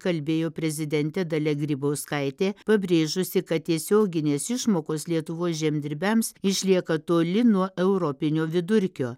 kalbėjo prezidentė dalia grybauskaitė pabrėžusi kad tiesioginės išmokos lietuvos žemdirbiams išlieka toli nuo europinio vidurkio